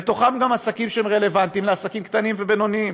ובתוכם גם עסקים שהם רלוונטיים לעסקים קטנים ובינוניים.